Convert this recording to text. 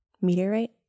Meteorite